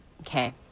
Okay